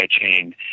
chain